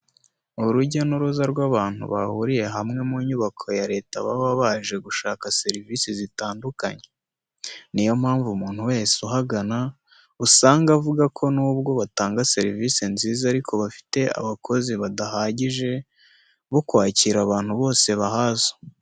Urujya n'uruza rw'abantu bahuriye hamwe mu nyubako ya Leta baba baje gushaka serivise zitandukanye. Niyo mpamvu umuntu wese uhagana usanga avuga ko nubwo batanga serivise nziza ariko bafite abakozi badahagije bo kwakira abantu bose bahaza.